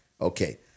okay